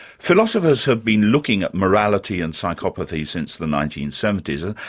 philosophers have been looking at morality and psychopathy since the nineteen seventy s, and